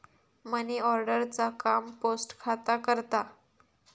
money order चा काम post खाता करता